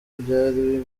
byari